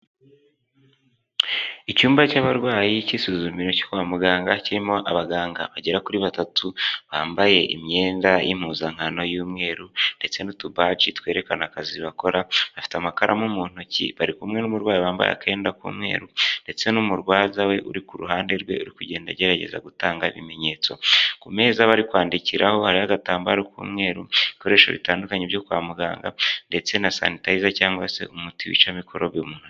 Icyumba cy'abarwayi cy'isuzumiro cyo kwa muganga kirimo abaganga bagera kuri batatu bambaye imyenda y'impuzankano y'umweru, ndetse n'utubaji twerekana akazi bakora. Bafite amakaramu mu ntoki, bari kumwe n'umurwayi, bambaye akenda k'umweru ndetse n'umurwaza we uri ku ruhande rwe uri kugenda agerageza gutanga ibimenyetso. Ku meza bari kwandikiraho hariho agatambaro k'umweru, ibikoresho bitandukanye byo kwa muganga, ndetse na sanitayiza cyangwa se umuti wica mikorobe muhanda.